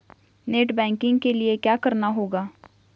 Net banking के लिए क्या करना होगा?